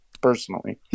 personally